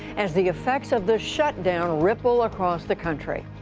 as the effects of the shutdown ripple across the country.